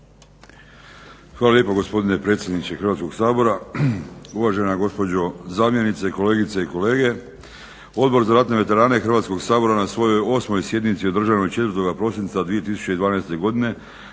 Hvala lijepa gospodine predsjedniče Hrvatskog sabora, uvažena gospođo zamjenice, kolegice i kolege. Odbor za ratne veterane Hrvatskog sabora na svojoj 8. sjednici održanoj 4. prosinca 2012. godine